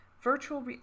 virtual